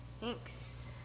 Thanks